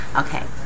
okay